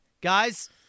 guys